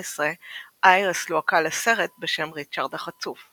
איירס לוהקה לסרט בשם "ריצ'רד החצוף",